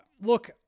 look